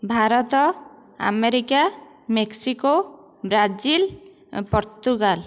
Bharat America Mexico Brazil Portugal